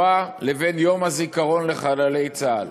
בין יום הזיכרון לשואה לבין יום הזיכרון לחללי צה"ל.